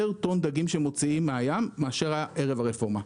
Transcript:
טון דגים שמוציאים מן הים מאשר היה ערב הרפורמה.